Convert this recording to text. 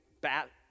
bat